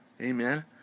Amen